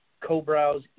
co-browse